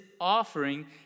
offering